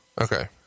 Okay